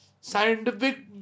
scientific